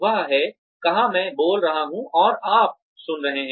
वह है कहां मैं बोल रहा हूं और आप सुन रहे हैं